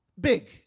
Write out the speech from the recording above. big